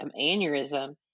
aneurysm